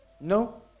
No